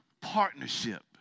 partnership